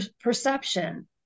perception